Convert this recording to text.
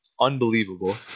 unbelievable